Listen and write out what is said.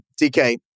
DK